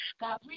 God